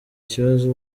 ikibazo